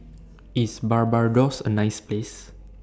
IS Barbados A nice Place